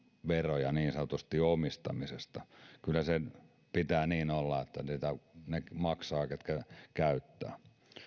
veroja niin sanotusti omistamisesta kyllä sen pitää niin olla että ne maksavat ketkä käyttävät